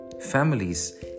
Families